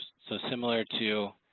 so similar to